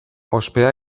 ospea